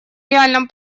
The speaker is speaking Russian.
реальном